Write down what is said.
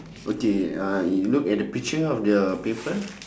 okay uh you look at the picture of the paper